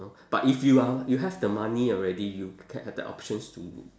but if you are you have the money already you can have that options to